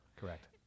Correct